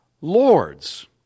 lords